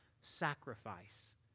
sacrifice